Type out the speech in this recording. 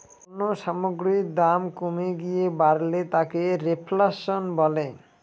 পণ্য সামগ্রীর দাম কমে গিয়ে বাড়লে তাকে রেফ্ল্যাশন বলে